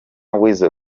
weasel